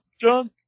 John